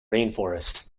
rainforest